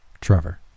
Trevor